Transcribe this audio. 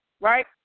right